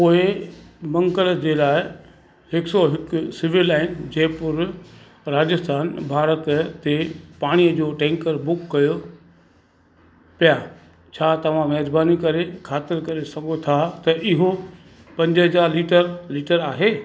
पोएं मंगल जे लाइ हिकु सौ हिकु सिविल लाइन जयपुर राजस्थान भारत ते पाणीअ जो टैंकर बुक कयो पिया छा तव्हां महिरबानी करे ख़ातिर करे सघो था त इहो पंज हज़ार लीटर लीटर आहे